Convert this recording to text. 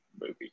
movie